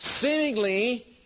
seemingly